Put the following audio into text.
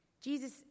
Jesus